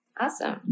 Awesome